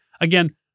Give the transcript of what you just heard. again